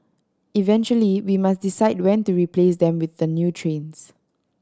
eventually we must decide when to replace them with the new trains